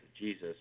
Jesus